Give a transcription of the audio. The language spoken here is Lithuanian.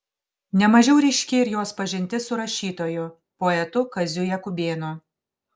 ne mažiau ryški ir jos pažintis su rašytoju poetu kaziu jakubėnu